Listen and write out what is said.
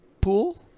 Pool